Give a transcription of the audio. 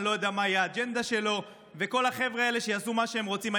לא יודע מה תהיה האג'נדה שלו וכל החבר'ה האלה שיעשו מה שהם רוצים,